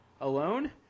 alone